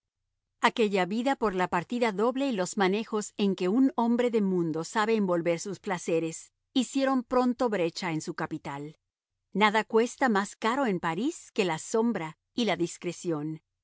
aquella vida por partida doble y los manejos en que un hombre de mundo sabe envolver sus placeres hicieron pronto brecha en su capital nada cuesta más caro en parís que la sombra y la discreción